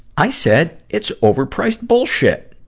i said, it's overpriced bullshit.